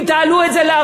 אם תעלו את זה ל-4%,